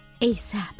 ASAP